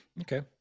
Okay